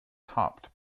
topped